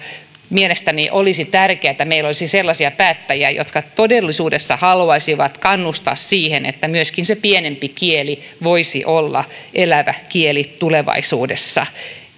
mielestäni olisi tärkeää että meillä olisi sellaisia päättäjiä jotka todellisuudessa haluaisivat kannustaa siihen että myöskin se pienempi kieli voisi olla elävä kieli tulevaisuudessa